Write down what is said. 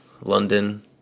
London